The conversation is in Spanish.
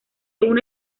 una